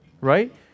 right